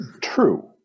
True